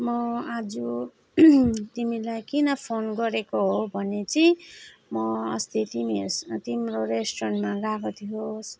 म आज तिमीलाई किन फोन गरेको हो भने चाहिँ म अस्ति तिमीहरूसँग तिम्रो रेस्टुरेन्टमा गएको थिएँ